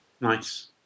Nice